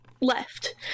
left